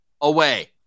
away